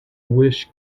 with